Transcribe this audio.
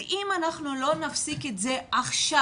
ואם אנחנו לא נפסיק את זה עכשיו,